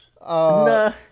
Nah